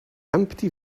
empty